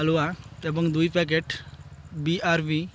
ହାଲୁଆ ଏବଂ ଦୁଇ ପ୍ୟାକେଟ୍ ବି ଆର୍ ବି